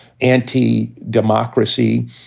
anti-democracy